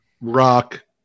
rock